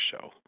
show